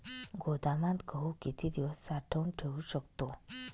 गोदामात गहू किती दिवस साठवून ठेवू शकतो?